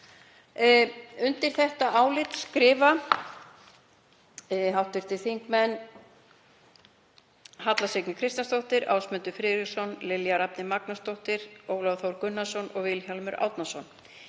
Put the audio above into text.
Undir þetta álit skrifa hv. þingmenn Halla Signý Kristjánsdóttir, Ásmundur Friðriksson, Lilja Rafney Magnúsdóttir, Ólafur Þór Gunnarsson og Vilhjálmur Árnason.